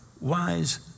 wise